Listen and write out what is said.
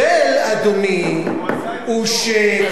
ההבדל, אדוני, הוא עשה את זה טוב.